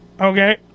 okay